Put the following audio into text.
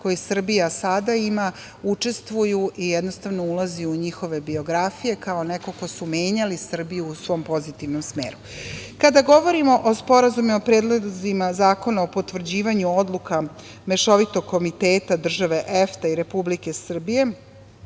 koje Srbija sada ima učestvuju i jednostavno ulazi u njihove biografije kao neko ko je menjao Srbiju u svom pozitivnom smeru. Kada govorimo o sporazumima i predlozima zakona o potvrđivanju odluka Mešovitog komiteta države EFTA-e i Republike Srbije